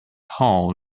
hall